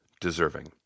deserving